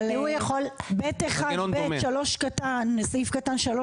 אבל ב1 (ב) סעיף קטן 3,